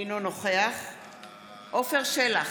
אינו נוכח עפר שלח,